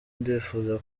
ndifuza